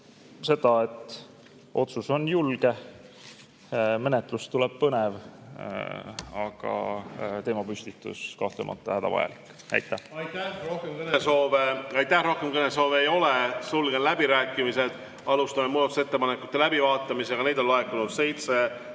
seda, et otsus on julge. Menetlus tuleb põnev. Aga teemapüstitus on kahtlemata hädavajalik. Aitäh! Aitäh! Rohkem kõnesoove ei ole, sulgen läbirääkimised. Alustame muudatusettepanekute läbivaatamist. Neid on laekunud